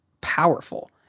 powerful